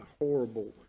horrible